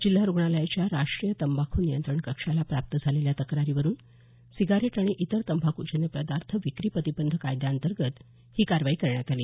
जिल्हा रुग्णालयाच्या राष्ट्रीय तंबाखू नियंत्रण कक्षाला प्राप्त झालेल्या तक्रारीवरुन सिगारेट आणि इतर तंबाखूजन्य पदार्थ विक्री प्रतिबंध कायद्याअंतर्गत ही कारवाई करण्यात आली